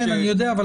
אני יודע,